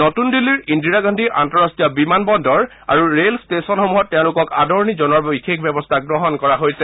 নতুন দিল্লীৰ ইন্দিৰা গান্ধী আন্তঃৰষ্টীয় বিমান বন্দৰ আৰু ৰেল ষ্টেচনসমূহত তেওঁলোকক আদৰণি জনোৱাৰ বাবে বিশেষ ব্যৱস্থা গ্ৰহণ কৰা হৈছে